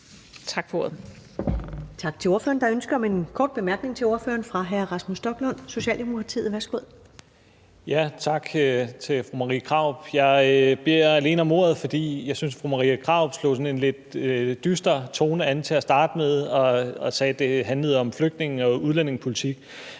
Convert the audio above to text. Tak til ordføreren. Der er ønske om en kort bemærkning til ordføreren fra hr. Rasmus Stoklund, Socialdemokratiet. Værsgo. Kl. 13:35 Rasmus Stoklund (S): Tak til fru Marie Krarup. Jeg beder alene om ordet, fordi jeg synes, at fru Marie Krarup slog en sådan lidt dyster tone an og til at starte med sagde, at det handlede om flygtninge- og udlændingepolitik.